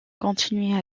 continué